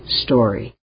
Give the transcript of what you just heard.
story